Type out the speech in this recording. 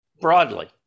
broadly